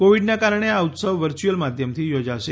કોવિડના કારણે આ ઉત્સવ વર્ચ્યુઅલ માધ્યમથી યોજાશે